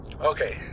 Okay